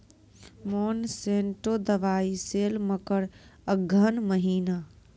Monsanto दवाई सेल मकर अघन महीना,